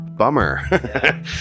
Bummer